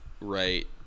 right